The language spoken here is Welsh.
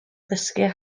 ddysgu